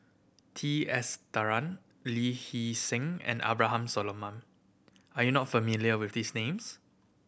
T Sasitharan Lee Hee Seng and Abraham Solomon are you not familiar with these names